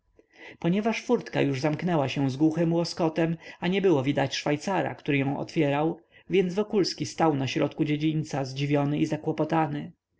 ponieważ furtka już zamknęła się z głuchym łoskotem a nie było widać szwajcara który ją otwierał więc wokulski stał na środku dziedzińca zdziwiony